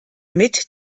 mit